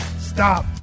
Stop